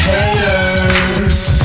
Haters